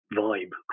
vibe